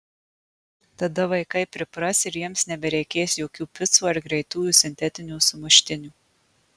tada vaikai pripras ir jiems nebereikės jokių picų ar greitųjų sintetinių sumuštinių